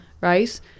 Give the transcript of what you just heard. right